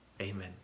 Amen